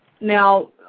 now